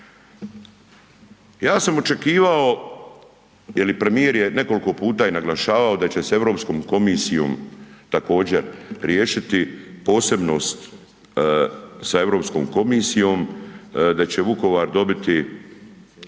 Ja sam očekivao jer premijer je nekoliko puta je naglašavao da će s EU komisijom također, riješiti posebnost sa EU komisijom, da će Vukovar dobiti